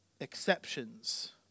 exceptions